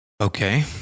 Okay